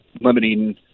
limiting